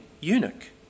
eunuch